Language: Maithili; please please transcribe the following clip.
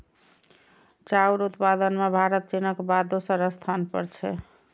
चाउर उत्पादन मे भारत चीनक बाद दोसर स्थान पर छै